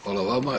Hvala vama.